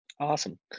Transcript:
awesome